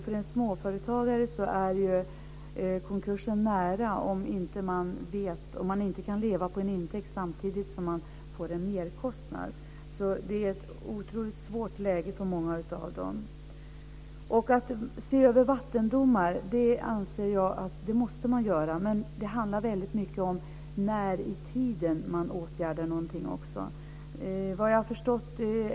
För en småföretagare är konkursen nära om han inte kan leva på intäkterna samtidigt som han får en merkostnad. Det är ett otroligt svårt läge för många av dem. Jag anser att man måste se över vattendomar. Men det handlar väldigt mycket om när i tiden man åtgärdar någonting.